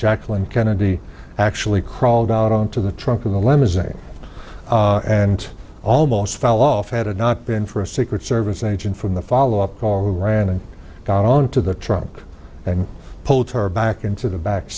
jacqueline kennedy actually crawled out on to the trunk of the limousine and almost fell off had it not been for a secret service agent from the follow up call ran and got on to the truck and pulled her back into the back